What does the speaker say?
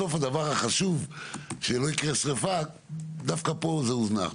בסוף הדבר החשוב שלא תקרה שרפה דווקא פה זה הוזנח.